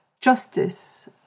justice